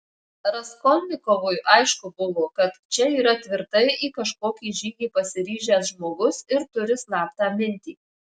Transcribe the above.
raskolnikovui aišku buvo kad čia yra tvirtai į kažkokį žygį pasiryžęs žmogus ir turi slaptą mintį